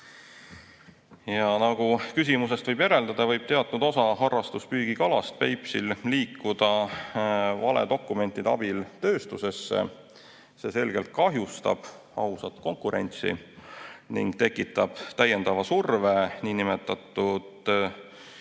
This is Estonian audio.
Nagu küsimusest võib järeldada, võib teatud osa harrastuspüügi kalast Peipsil liikuda valedokumentide abil tööstusesse. See selgelt kahjustab ausat konkurentsi ning tekitab täiendava surve niinimetatud